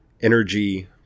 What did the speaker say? energy